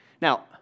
Now